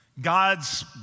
God's